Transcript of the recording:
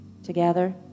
Together